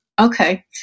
Okay